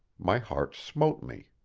my heart smote me.